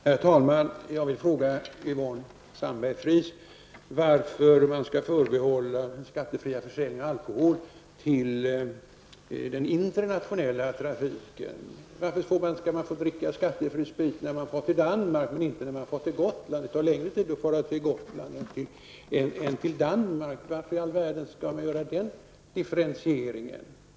Herr talman! Jag vill fråga Yvonne Sandberg-Fries varför den internationella trafiken skall förbehållas rätten till skattefri försäljning av alkohol. Varför skall man få dricka skattefri sprit när man far till Danmark, men inte när man far till Gotland? Det tar längre tid att fara till Gotland än till Danmark. Varför i all världen skall man göra den differentieringen?